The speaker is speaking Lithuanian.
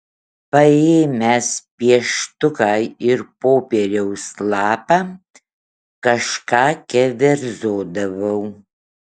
paėmęs pieštuką ir popieriaus lapą kažką keverzodavau